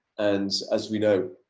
and as we know,